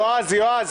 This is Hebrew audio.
יועז, יועז.